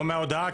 לא מההודעה.